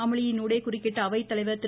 அமளியூடே குறுக்கிட்ட அவை தலைவர் திரு